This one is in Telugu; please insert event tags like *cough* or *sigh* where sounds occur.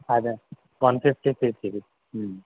అదే వన్ ఫిఫ్టీ *unintelligible*